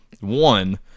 One